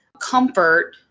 comfort